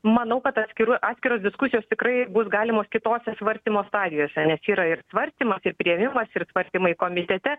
manau kad atskiru atskiros diskusijos tikrai bus galimos kitose svarstymo stadijose nes yra ir svarstymas ir priėmimas ir tsvarstymai komitete